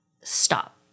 Stop